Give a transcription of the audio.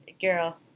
Girl